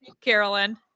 Carolyn